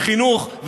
וחינוך,